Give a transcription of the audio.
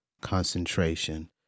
concentration